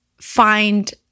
find